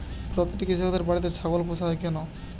প্রতিটি কৃষকদের বাড়িতে ছাগল পোষা হয় কেন?